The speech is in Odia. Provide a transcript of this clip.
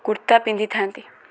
କୁର୍ତ୍ତା ପିନ୍ଧିଥାନ୍ତି